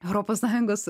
europos sąjungos